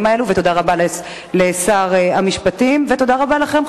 האלה ותודה רבה לשר המשפטים ותודה רבה לכם,